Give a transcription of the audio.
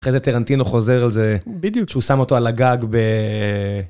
אחרי זה טרנטינו חוזר על זה, כשהוא שם אותו על הגג ב...